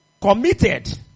committed